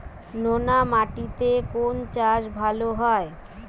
নোনা মাটিতে কোন চাষ ভালো হয়?